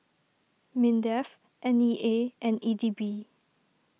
Mindef N E A and E D B